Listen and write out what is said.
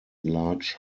large